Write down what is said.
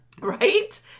Right